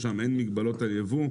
שם אין מגבלות על יבוא,